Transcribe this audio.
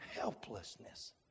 helplessness